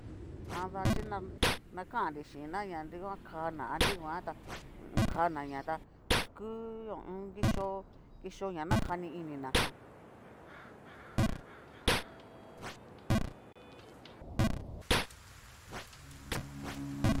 Ada xhí ña kannri xhína na nroguan kana a nruguanta kanaña tá pus ku. ho o on. kixó, kixó ña nakani inina jan.